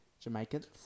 Jamaicans